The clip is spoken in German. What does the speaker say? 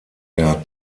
der